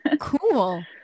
Cool